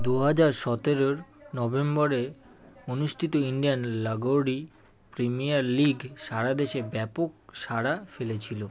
দু হাজার সতেরোর নভেম্বরে অনুষ্ঠিত ইন্ডিয়ান লাগোরি প্রিমিয়ার লিগ সারা দেশে ব্যাপক সাড়া ফেলেছিল